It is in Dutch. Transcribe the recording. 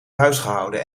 huisgehouden